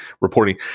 reporting